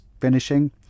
finishing